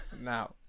Now